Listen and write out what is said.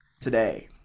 Today